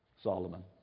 Solomon